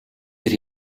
тэр